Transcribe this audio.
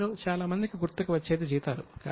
మీలో చాలా మందికి గుర్తుకు వచ్చేది జీతాలు